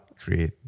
create